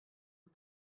und